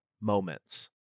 moments